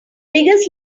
biggest